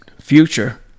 future